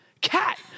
cat